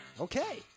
okay